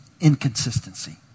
Inconsistency